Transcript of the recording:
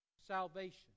salvation